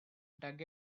dug